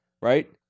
right